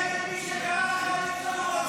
כולם נגד מי שקרא לחיילים שלנו רוצחים.